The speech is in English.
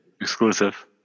exclusive